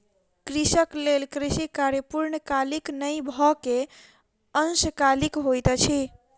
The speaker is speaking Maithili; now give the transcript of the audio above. कृषक लेल कृषि कार्य पूर्णकालीक नै भअ के अंशकालिक होइत अछि